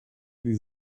die